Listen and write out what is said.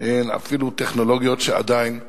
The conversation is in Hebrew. הן אפילו טכנולוגיות שעדיין חסויות.